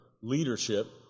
leadership